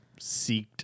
seeked